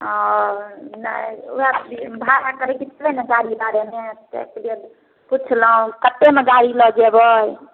हँ नहि ओहए भाड़ा करैकेँ छलै ने गाड़ी बारेमे से पुछलियै पुछ्लहुँ कतेकमे गाड़ी लऽ जयबै